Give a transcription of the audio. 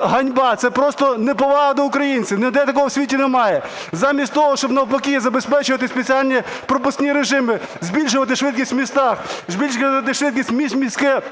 ганьба, це просто неповага до українців. Ніде такого в світі немає. Замість того, щоб навпаки забезпечувати спеціальні пропускні режими, збільшувати швидкість в містах, збільшувати швидкість в міське